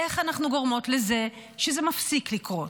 איך אנחנו גורמות לזה שזה מפסיק לקרות.